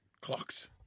clocks